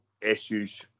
issues